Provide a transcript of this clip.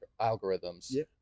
algorithms